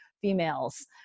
females